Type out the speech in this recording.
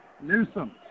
Newsom